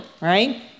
right